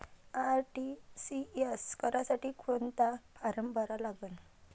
RTGS करासाठी कोंता form भरा लागन?